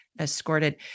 Escorted